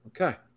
Okay